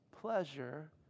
pleasure